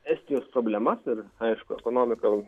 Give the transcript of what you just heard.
estijos problemas ir aišku ekonomika